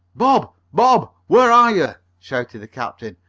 bob! bob! where are you? shouted the captain.